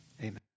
Amen